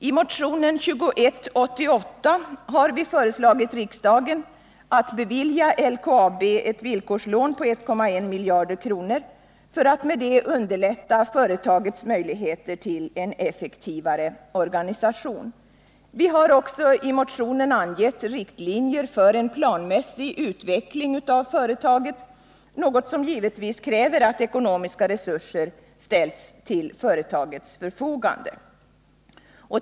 I motionen 2188 har vi föreslagit riksdagen att bevilja LKAB ett villkorslån på L,1 miljarder kronor för att med det underlätta företagets möjligheter till en effektivare organisation. Vi har också i motionen angett riktlinjer för en planmässig utveckling av företaget, något som givetvis kräver att ekonomiska resurser ställs till företagets förfogande.